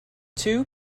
two